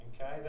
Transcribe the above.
Okay